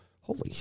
holy